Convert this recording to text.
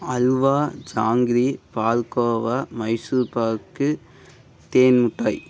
அல்வா ஜாங்கிரி பால்கோவா மைசூர்பாக் தேன் மிட்டாய்